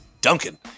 Duncan